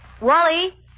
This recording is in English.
Wally